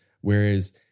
Whereas